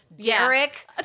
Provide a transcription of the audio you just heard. Derek